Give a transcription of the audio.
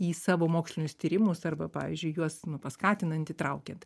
į savo mokslinius tyrimus arba pavyzdžiui juos paskatinant įtraukiant